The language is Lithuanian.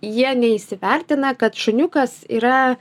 jie neįsivertina kad šuniukas yra